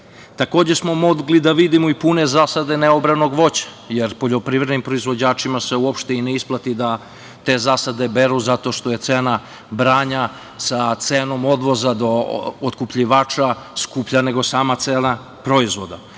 Takođe smo mogli da vidimo i pune zasade neobranog voća, jer poljoprivrednim proizvođačima se uopšte ne isplati da te zasade beru zato što je cena branja sa cenom odvoza do otkupljivača skuplja nego sama cena proizvoda.